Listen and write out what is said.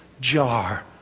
jar